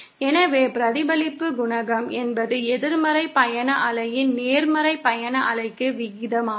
எனவே பிரதிபலிப்பு குணகம் என்பது எதிர்மறை பயண அலையின் நேர்மறை பயண அலைக்கு விகிதமாகும்